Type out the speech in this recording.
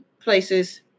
places